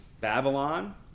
Babylon